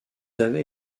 avaient